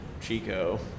Chico